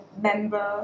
member